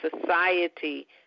society